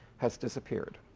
has disappeared.